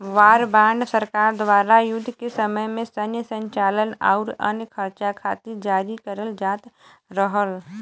war bond सरकार द्वारा युद्ध के समय में सैन्य संचालन आउर अन्य खर्चा खातिर जारी करल जात रहल